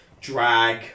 drag